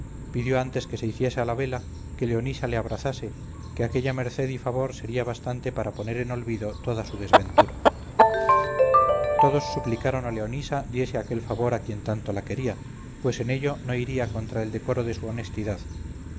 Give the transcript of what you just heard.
pidió antes que se hiciese a la vela que leonisa le abrazase que aquella merced y favor sería bastante para poner en olvido toda su desventura todos suplicaron a leonisa diese aquel favor a quien tanto la quería pues en ello no iría contra el decoro de su honestidad